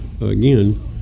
again